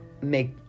make